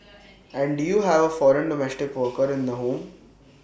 and do you have foreign domestic worker in the home